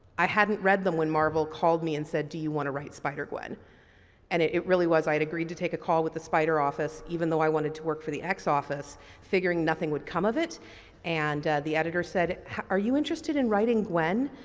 i hadn't read them when marvel called me and said do you want to write spider gwen and it really was i had agree to take a call with the spider office even though i wanted to work for the x office figuring nothing would come of it and the editor said are you interested in writing gwen.